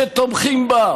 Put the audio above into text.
שתומכים בה,